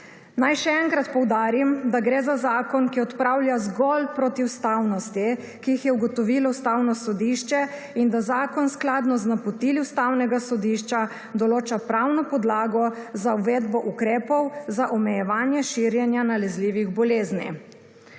Naj še enkrat poudarim, da gre za zakon, ki odpravlja zgolj protiustavnosti, ki jih je ugotovilo Ustavno sodišče, in da zakon skladno z napotili Ustavnega sodišča določa pravno podlago za uvedbo ukrepov za omejevanje širjenja nalezljivih bolezni.